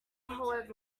hollered